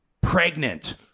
pregnant